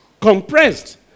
compressed